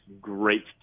great